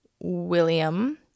William